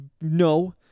No